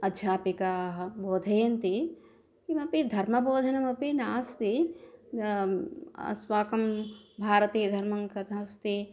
अध्यापिकाः बोधयन्ति किमपि धर्मबोधनमपि नास्ति अस्माकं भारतीयधर्मकथा अस्ति